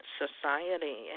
society